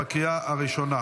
בקריאה הראשונה.